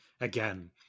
again